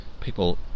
People